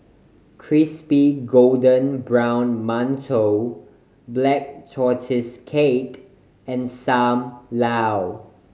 crispy golden brown mantou Black Tortoise Cake and Sam Lau